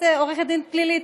הרי את עורכת דין פלילית,